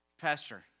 pastor